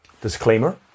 disclaimer